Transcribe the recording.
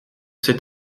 cet